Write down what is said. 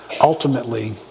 ultimately